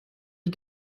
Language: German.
die